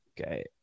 okay